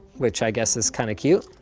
which i guess is kinda cute.